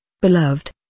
Beloved